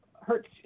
hurts